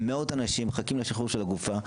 מאות אנשים מחכים לשחרור של הגופה.